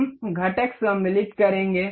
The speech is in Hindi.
हम घटक सम्मिलित करेंगे